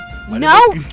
No